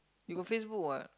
you got Facebook what